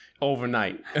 overnight